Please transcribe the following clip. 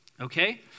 Okay